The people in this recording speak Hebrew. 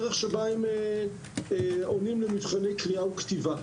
בדרך שבה הם עונים למבחני קריאה וכתיבה,